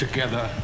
Together